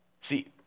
See